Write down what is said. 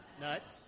Nuts